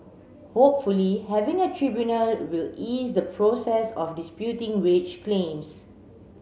hopefully having a tribunal will ease the process of disputing wage claims